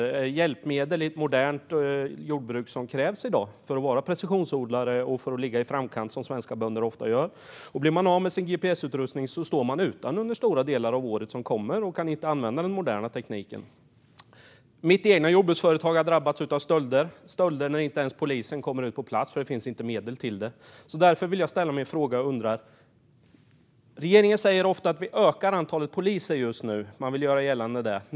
Det är hjälpmedel som i dag krävs i ett modernt jordbruk för att man ska kunna vara precisionsodlare och ligga i framkant, som svenska bönder ofta gör. Blir man av med sin gps-utrustning står man utan den under stora delar av året som kommer, och då kan man inte använda den moderna tekniken. Mitt eget jordbruksföretag har drabbats av stölder. Vid dessa stölder kommer inte polisen, för det finns inte medel till det. Regeringen säger ofta att man ökar antalet poliser. Man vill göra gällande det.